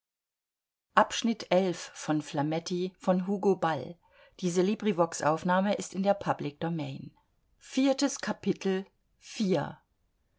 sich in der